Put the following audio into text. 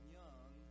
young